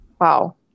Wow